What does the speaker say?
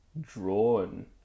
drawn